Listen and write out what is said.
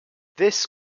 this